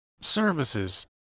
Services